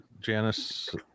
Janice